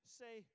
say